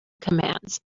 commands